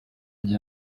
gihe